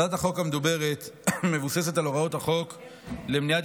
הצעת החוק המדוברת מבוססת על הוראות החוק למניעת